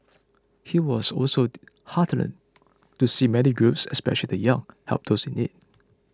he was also heartened to see many groups especially the young help those in need